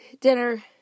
Dinner